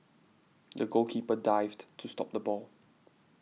the goalkeeper dived to stop the ball